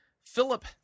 Philip